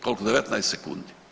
Kolko 19 sekundi?